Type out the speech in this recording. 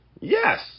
Yes